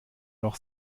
noch